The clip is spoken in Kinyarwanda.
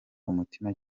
umutima